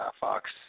Fox